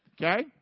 Okay